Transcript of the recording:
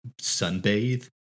sunbathe